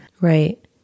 Right